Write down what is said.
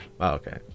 okay